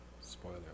Spoiler